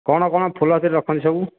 କ'ଣ କ'ଣ ଫୁଲ ସେଇଠି ରଖନ୍ତି ସବୁ